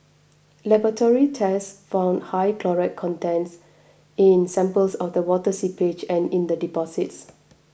laboratory tests found high chloride content in samples of the water seepage and in the deposits